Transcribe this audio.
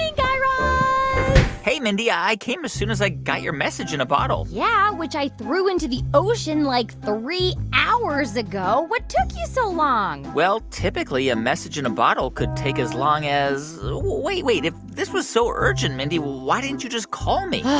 guy raz hey, mindy. i came as soon as i got your message in a bottle yeah, which i threw into the ocean, like, three hours ago. what took you so long? well, typically a message in a bottle could take as long as wait, wait. if this was so urgent, mindy, why didn't you just call me?